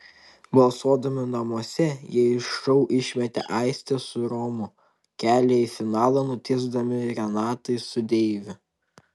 balsuodami namuose jie iš šou išmetė aistę su romu kelią į finalą nutiesdami renatai su deiviu